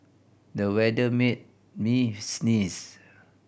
the weather made me sneeze